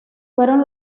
fueron